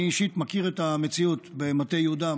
אני אישית מכיר את המציאות במטה יהודה,